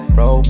Bro